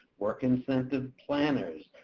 work incentive planners.